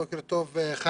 בוקר טוב חיים.